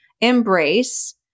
embrace